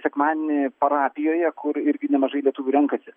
sekmadienį parapijoje kur irgi nemažai lietuvių renkasi